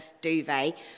duvet